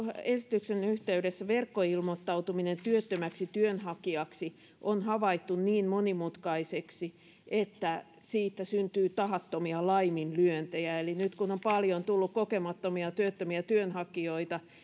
esityksen yhteydessä verkkoilmoittautuminen työttömäksi työnhakijaksi on havaittu niin monimutkaiseksi että siitä syntyy tahattomia laiminlyöntejä eli nyt kun on paljon tullut kokemattomia työttömiä työnhakijoita